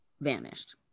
vanished